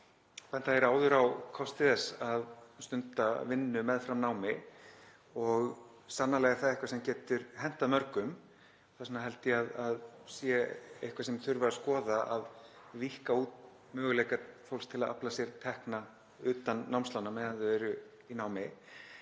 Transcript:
benda á kosti þess að stunda vinnu meðfram námi og sannarlega er það eitthvað sem getur hentað mörgum. Þess vegna held ég að það sé eitthvað sem þurfi að skoða, að víkka út möguleika fólks til að afla sér tekna utan námslána á meðan það er í námi.